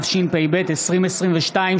התשפ"ב 2022,